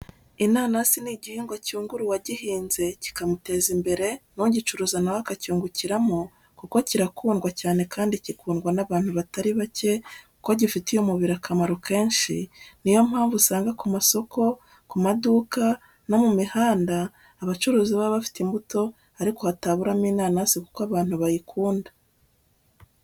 Inanasi ni igihingwa cyungura uwagihinze kikamuteza imbere, n'ugicuruza nawe acyungukiramo, kuko kirakundwa cyane kandi gikundwa n'abantu batari bake, kuko gifitiye umubiri akamaro kenshi, niyo mpamvu usanga ku masoko, ku maduka, no mu mihanda abacuruzi baba bafite imbuto ariko hataburamo inanasi kuko abantu bayikunda.